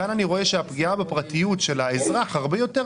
כאן אני רואה שהפגיעה בפרטיות של האזרח הרבה יותר